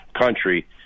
country